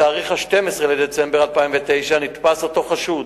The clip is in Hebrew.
בתאריך 12 בדצמבר 2009 נתפס אותו חשוד,